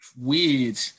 weird